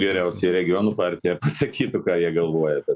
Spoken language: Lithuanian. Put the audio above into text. geriausiai regionų partija pasakytų ką jie galvoja apie